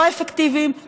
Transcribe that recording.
לא אפקטיביים,